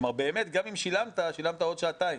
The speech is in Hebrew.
כלומר, באמת גם אם שילמת, שילמת על עוד שעתיים.